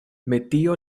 metio